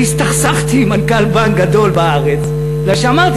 אני הסתכסכתי עם מנכ"ל בנק גדול בארץ בגלל שאמרתי